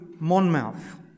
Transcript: Monmouth